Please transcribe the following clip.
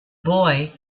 boy